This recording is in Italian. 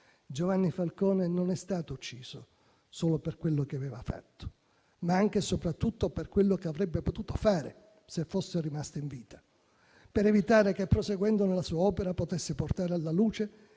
Giovanni Falcone non è stato ucciso solo per quello che aveva fatto, ma anche e soprattutto per quello che avrebbe potuto fare se fosse rimasto in vita; per evitare che, proseguendo nella sua opera, potesse portare alla luce